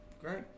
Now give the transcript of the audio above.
Great